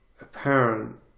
apparent